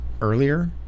earlier